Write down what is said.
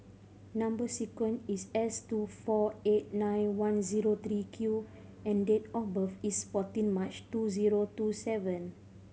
number sequence is S two four eight nine one zero three Q and date of birth is fourteen March two zero two seven